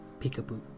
Peekaboo